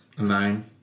nine